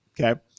Okay